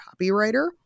copywriter